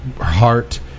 heart